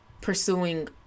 Pursuing